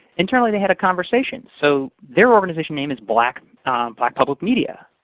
internally, they had a conversation. so their organization name is black black public media,